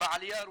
בעלייה הרוסית,